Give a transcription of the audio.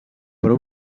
però